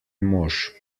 mož